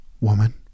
Woman